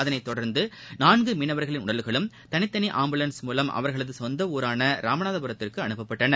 அதைதொடர்ந்து நான்கு மீனவர்களின் உடல்களும் தனித்தனி ஆம்புலன்ஸ் மூலம் அவர்களது சொந்த ஊரான ராமநாதபுரத்திற்கு அனுப்பப்பட்டன